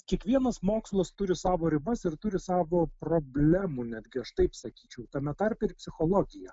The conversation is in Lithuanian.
kiekvienas mokslas turi savo ribas ir turi savo problemų netgi aš taip sakyčiau tame tarpe ir psichologija